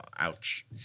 Ouch